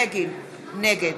התהליך, המדינה